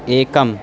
एकम्